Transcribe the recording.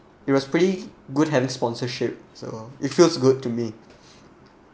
it was pretty good having sponsorship so it feels good to me